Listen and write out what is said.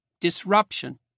disruption